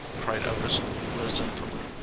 cried otis resentfully.